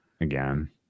again